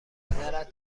پدرت